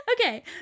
Okay